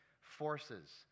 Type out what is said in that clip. forces